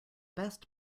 best